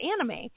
anime